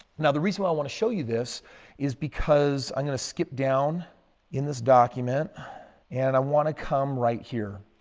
now, the reason why i want to show you this is because i'm going to skip down in this document and i want to come right here.